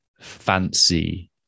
fancy